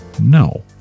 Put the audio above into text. No